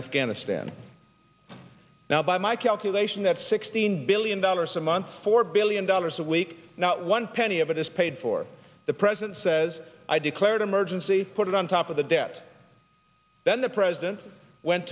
afghanistan now by my calculation that sixteen billion dollars a month four billion dollars a week now one penny of it is paid for the president says i declared emergency put it on top of the debt then the president went